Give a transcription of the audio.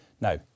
now